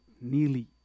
nearly